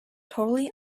totally